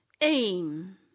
aim